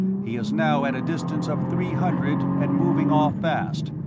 he is now at a distance of three hundred and moving off fast.